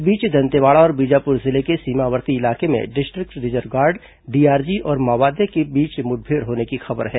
इस बीच दंतेवाड़ा और बीजापुर जिले के सीमावर्ती इलाके में डिस्ट्रिक्ट रिजर्व गार्ड डीआरजी और माओवादियों के बीच मुठभेड़ होने की खबर है